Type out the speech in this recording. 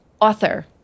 author